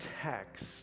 text